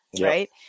Right